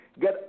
Get